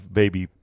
baby